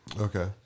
Okay